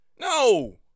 No